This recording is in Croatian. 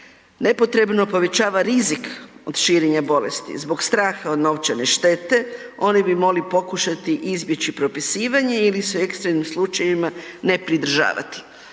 nepotrebno povećava rizik od širenja bolesti, zbog straha od novčane štete oni bi mogli pokušati izbjeći propisivanje ili se u ekstremnim slučajevima ne pridržavati.